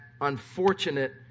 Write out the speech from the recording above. unfortunate